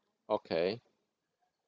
okay